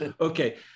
Okay